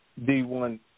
D1